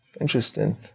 interesting